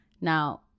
Now